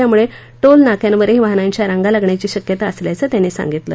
त्यामुळे टोलनाक्यांवरही वाहनांच्या रांगा लागण्याची शक्यता असल्याचेही त्यांनी सांगितलं